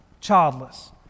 childless